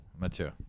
Mathieu